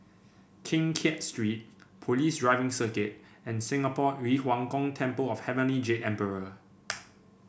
Keng Kiat Street Police Driving Circuit and Singapore Yu Huang Gong Temple of Heavenly Jade Emperor